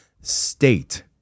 state